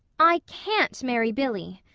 i can't marry billy,